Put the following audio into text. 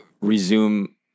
resume